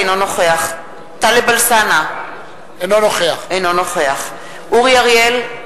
אינו נוכח טלב אלסאנע אינו נוכח אורי אריאל,